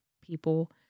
people